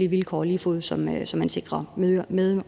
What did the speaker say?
samme vilkår, som medmødre